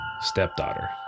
Stepdaughter